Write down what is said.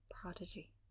prodigy